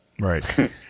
Right